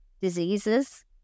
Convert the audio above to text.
diseases